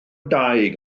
dai